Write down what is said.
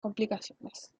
complicaciones